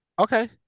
Okay